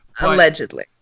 Allegedly